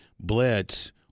blitz